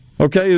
Okay